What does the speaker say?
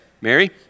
Mary